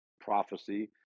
prophecy